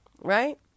right